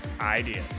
Ideas